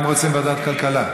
גם הם רוצים ועדת כלכלה.